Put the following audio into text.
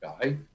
guy